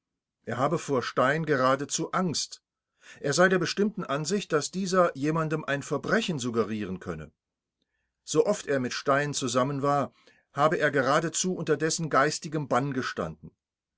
er habe vor stein geradezu angst er sei der bestimmten ansicht daß dieser jemandem ein verbrechen suggerieren könne sooft er mit stein zusammen war habe er geradezu unter dessen geistigem bann gestanden